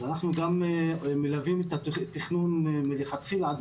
אז אנחנו גם מלווים את התכנון מלכתחילה ועד